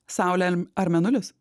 saulė ar mėnulis